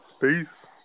Peace